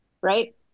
right